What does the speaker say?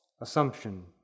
assumption